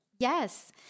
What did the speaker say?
Yes